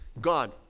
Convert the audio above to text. gone